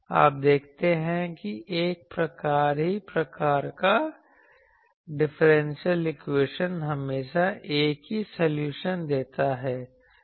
आप देखते हैं एक ही प्रकार का डिफरेंशियल इक्वेशन हमेशा एक ही सॉल्यूशन देता है